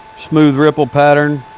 smooth ripple pattern.